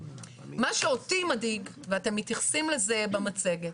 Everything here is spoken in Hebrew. מה שאותי מדאיג ואתם מתייחסים לזה במצגת,